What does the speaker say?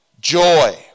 joy